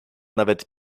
nawet